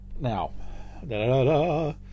Now